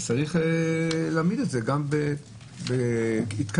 צריך להעמיד את זה גם במבחן התקדמות.